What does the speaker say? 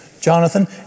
Jonathan